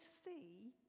see